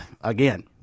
Again